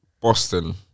Boston